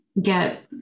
get